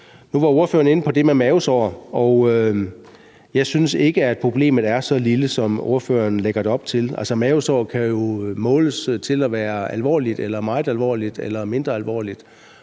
Nu var ordføreren inde på det med mavesår, og jeg synes ikke, at problemet er så lille, som ordføreren lægger op til at det er. Altså, mavesår kan jo måles til at være alvorligt, meget alvorligt eller mindre alvorligt,